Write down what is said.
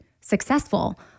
successful